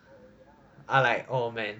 I like oh man